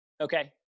Okay